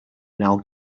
now